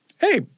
hey—